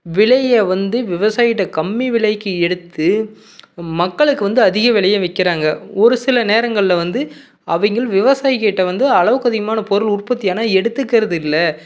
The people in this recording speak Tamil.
விலையை வந்து விவசாயிக்கிட்ட கம்மி விலைக்கு எடுத்து மக்களுக்கு வந்து அதிக விலைய விற்கிறாங்க ஒரு சில நேரங்கள்ல வந்து அவங்கள் விவசாயிக்கிட்ட வந்து அளவுக்கு அதிகமானப் பொருள் உற்பத்தி ஆனால் எடுத்துக்கறதில்லை